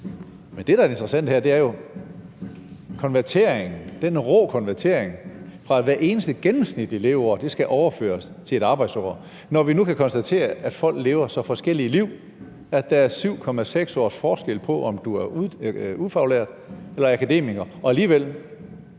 Men det, der er det interessante her, er jo konverteringen, den rå konvertering, at hvert eneste gennemsnitlige leveår skal overføres til et arbejdsår, når vi nu kan konstatere, at folk lever så forskellige liv, at der er 7,6 års forskel på, om du er ufaglært eller akademiker. Og alligevel